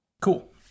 Cool